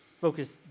focused